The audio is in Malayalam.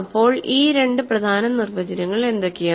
അപ്പോൾ ഈ രണ്ട് പ്രധാന നിർവചനങ്ങൾ എന്തൊക്കെയാണ്